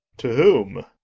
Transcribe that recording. to whom?